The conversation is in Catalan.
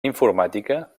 informàtica